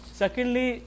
secondly